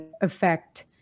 affect